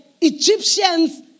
Egyptians